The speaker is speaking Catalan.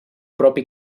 propi